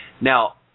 Now